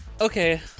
Okay